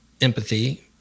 empathy